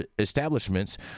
establishments